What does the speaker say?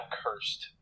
cursed